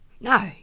No